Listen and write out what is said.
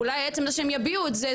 אולי עצם זה שהם יביעו את זה,